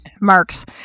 Marks